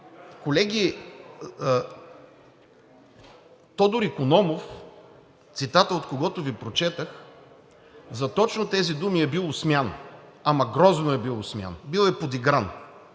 Колеги, Тодор Икономов, цитата от когото Ви прочетох, за точно тези думи е бил осмян, ама грозно е бил осмян, бил е подигран.